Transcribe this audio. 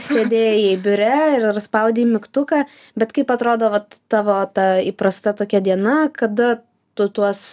sėdėjai biure ir spaudei mygtuką bet kaip atrodo vat tavo ta įprasta tokia diena kada tu tuos